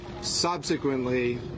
subsequently